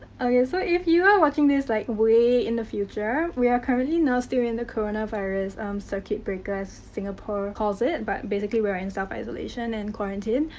yeah so if you are watching this like way in the future, we are currently, now, still in the coronavirus circuit breaker as singapore calls it. but, basically, we're in self-isolation and quarantine.